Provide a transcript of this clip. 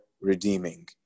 redeeming